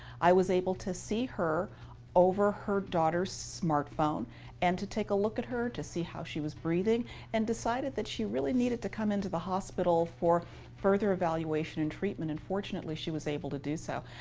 i was able to see her over her daughter's smartphone and to take a look at her to see how she was breathing and decided that she really needed to come into the hospital for further evaluation and treatment. and, fortunately, she was able to do so.